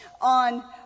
on